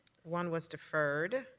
one was deferred.